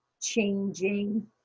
changing